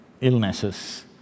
illnesses